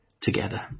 together